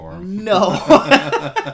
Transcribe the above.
no